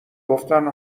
گفتن